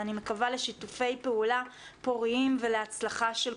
ואני מקווה לשיתופי פעולה פוריים ולהצלחה של כולנו.